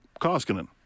Koskinen